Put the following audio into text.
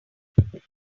perhaps